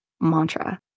mantra